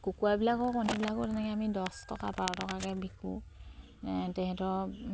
কুকুৰাবিলাকৰ কণীবিলাকো তেনেকে আমি দছ টকা বাৰ টকাকে বিকো তেহেঁতৰ